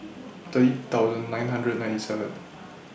thirty thousand nine hundred ninety seven